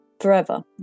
forever